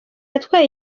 atwaye